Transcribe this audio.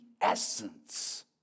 essence